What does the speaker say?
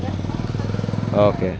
okay